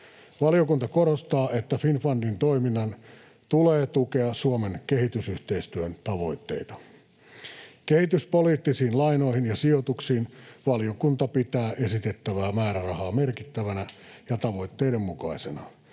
Valiokunta korostaa, että Finnfundin toiminnan tulee tukea Suomen kehitysyhteistyön tavoitteita. Kehityspoliittisiin lainoihin ja sijoituksiin valiokunta pitää esitettävää määrärahaa merkittävänä ja tavoitteiden mukaisena.